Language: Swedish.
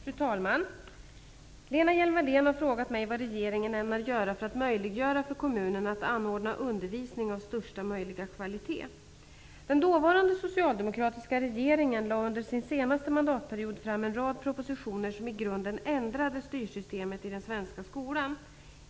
Fru talman! Lena Hjelm-Wallén har frågat mig vad regeringen ämnar göra för att möjliggöra för kommunerna att anordna undervisning av största möjliga kvalitet. Den dåvarande socialdemokratiska regeringen lade under sin senaste mandatperiod fram en rad propositioner som i grunden ändrade styrsystemet i den svenska skolan.